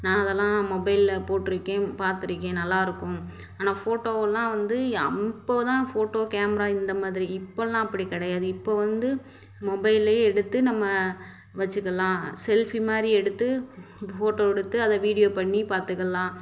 நான் அதெல்லாம் மொபைல்ல போட்டிருக்கேன் பார்த்துருக்கேன் நல்லாயிருக்கும் ஆனால் போட்டோவெலாம் வந்து அப்போது தான் போட்டோ கேமரா இந்தமாதிரி இப்போலாம் அப்படி கிடையாது இப்போ வந்து மொபைல்லே எடுத்து நம்ம வச்சுக்கலாம் செல்பி மாதிரி எடுத்து போ போ போட்டோ எடுத்து அதை வீடியோ பண்ணி பார்த்துக்கலாம்